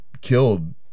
killed